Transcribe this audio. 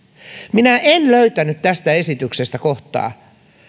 minä en löytänyt tästä esityksestä kohtaa siitä